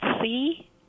see